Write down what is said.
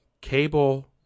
cable